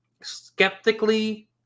skeptically